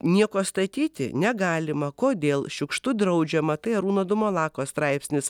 nieko statyti negalima kodėl šiukštu draudžiama tai arūno dumalako straipsnis